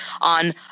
on